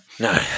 No